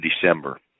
December